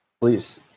Please